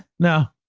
no,